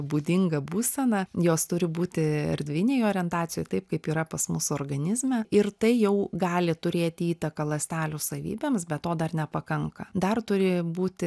būdinga būsena jos turi būti erdvinėj orientacijoj taip kaip yra pas mus organizme ir tai jau gali turėti įtaką ląstelių savybėms bet to dar nepakanka dar turi būti